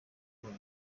nicyo